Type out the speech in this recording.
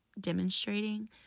demonstrating